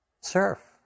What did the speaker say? Surf